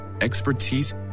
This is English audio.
expertise